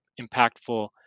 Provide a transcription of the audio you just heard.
impactful